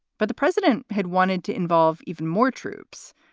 but the president had wanted to involve even more troops.